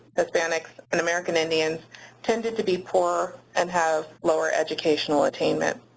hispanics, and american indians tended to be poorer and have lower educational attainment.